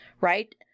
right